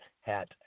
hat